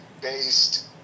based